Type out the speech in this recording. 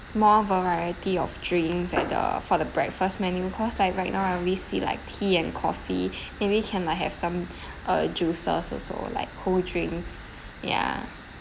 more variety of drinks at the for the breakfast menu cause like right now I only see like tea and coffee maybe can like have some uh juices also like cold drinks ya